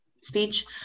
speech